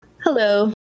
Hello